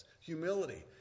Humility